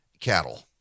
cattle